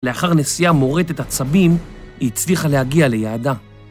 לאחר נסיעה מורטת עצבים, היא הצליחה להגיע ליעדה.